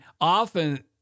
often